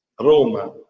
Roma